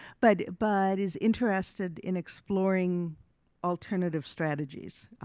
but, but is interested in exploring alternative strategies.